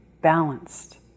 balanced